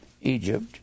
Egypt